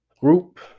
group